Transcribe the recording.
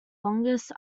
longest